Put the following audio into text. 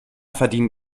verdienen